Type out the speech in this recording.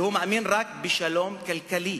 והוא מאמין רק בשלום כלכלי.